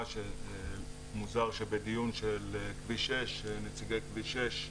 שמוזר שבדיון של כביש 6 נציגי כביש 6,